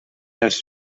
els